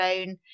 own